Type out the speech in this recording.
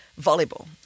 volleyball